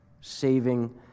Saving